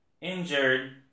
injured